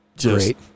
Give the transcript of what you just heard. great